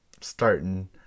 Starting